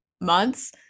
months